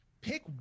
pick